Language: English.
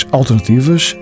alternativas